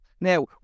Now